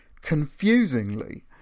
Confusingly